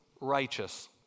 righteous